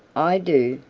i do.